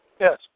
Yes